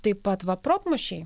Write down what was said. taip pat va protmūšiai